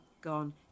Gone